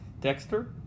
Dexter